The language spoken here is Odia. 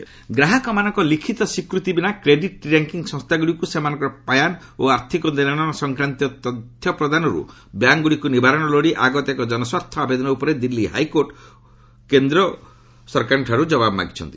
ଡିଏଲ୍ ଏଚ୍ସି ବ୍ୟାଙ୍କସ ଗ୍ରାହକମାନଙ୍କ ଲିଖିତ ସ୍ୱୀକୃତି ବିନା କ୍ରେଡିଟ୍ ର୍ୟାଙ୍କିଙ୍ଗ୍ ସଂସ୍ଥାଗୁଡ଼ିକୁ ସେମାନଙ୍କ ପାନ୍ ଓ ଆର୍ଥିକ ଦେଶନେଶ ସଂକ୍ରାନ୍ତୀୟ ତଥ୍ୟ ପ୍ରଦାନରୁ ବ୍ୟାଙ୍କଗୁଡ଼ିକୁ ନିବାରଣ ଲୋଡ଼ି ଆଗତ ଏକ ଜନସ୍ୱାର୍ଥ ଆବେଦନ ଉପରେ ଦିଲ୍ଲୀ ହାଇକୋର୍ଟ ଓ କେନ୍ଦ୍ର ସରକାରଙ୍କଠାରୁ ଜବାବ ମାଗିଛନ୍ତି